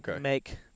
make